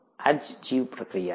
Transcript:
આ જ જીવપ્રક્રિયા છે